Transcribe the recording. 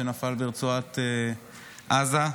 שנפל ברצועת עזה,